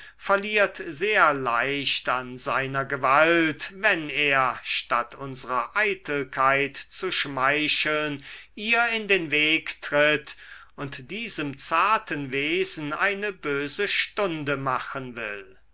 verliert sehr leicht an seiner gewalt wenn er statt unserer eitelkeit zu schmeicheln ihr in den weg tritt und diesem zarten wesen eine böse stunde machen will